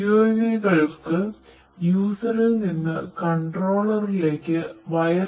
യുഎവികൾക്ക് user